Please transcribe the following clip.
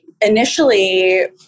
initially